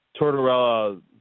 Tortorella